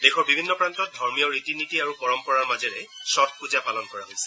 দেশৰ বিভিন্ন প্ৰান্তত ধৰ্মীয় ৰীতি নীতি আৰু পৰম্পৰাৰ মাজেৰে ষট্ পূজা পালন কৰা হৈছে